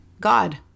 God